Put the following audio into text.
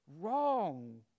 wrong